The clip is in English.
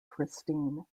christine